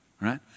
right